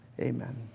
Amen